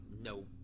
no